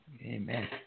Amen